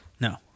no